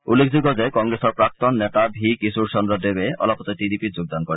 উল্লেখযোগ্য যে কংগ্ৰেছৰ প্ৰাক্তন নেতা ভি কিশোৰ চন্দ্ৰ দেৱে অলপতে টি ডি পিত যোগদান কৰে